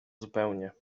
zupełnie